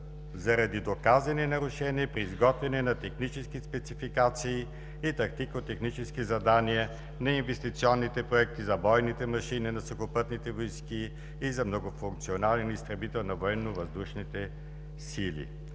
заради доказани нарушения при изготвяне на технически спецификации и тактикотехнически задания на инвестиционните проекти за бойните машини на Сухопътните войски и за многофункционален изтребител на Военновъздушните сили.